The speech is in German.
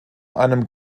einem